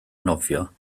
nofio